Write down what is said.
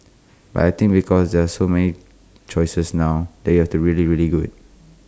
but I think because there are so many choices now that you have to be really really good